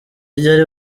ryari